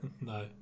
No